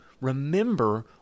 remember